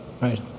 Right